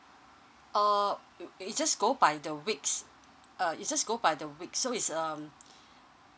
uh it it's just go by the weeks uh is just go by the week so it's um